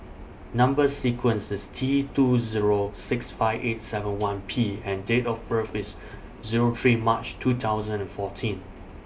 Number sequence IS T two Zero six five eight seven one P and Date of birth IS Zero three March two thousand and fourteen